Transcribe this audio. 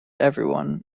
everyone